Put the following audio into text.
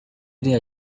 iriya